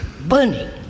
burning